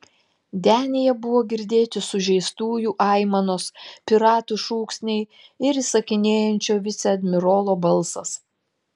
denyje buvo girdėti sužeistųjų aimanos piratų šūksniai ir įsakinėjančio viceadmirolo balsas